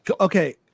Okay